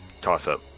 toss-up